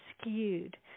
skewed